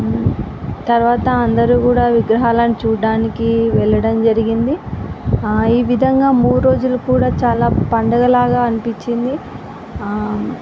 తరువాత అందరూ కూడా విగ్రహాలని చూడటానికి వెళ్ళడం జరిగింది ఈ విధంగా మూడు రోజులు కూడా చాలా పండగలాగా అనిపించింది